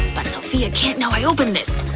but sophia can't know i opened this!